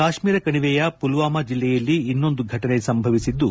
ಕಾಶ್ಮೀರ್ ಕಣಿವೆಯ ಪುಲ್ವಾಮಾ ಜಿಲ್ಲೆಯಲ್ಲಿ ಇನ್ನೊಂದು ಫಟನೆ ಸಂಭವಿಸಿದ್ಲು